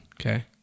Okay